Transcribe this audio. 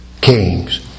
kings